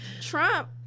Trump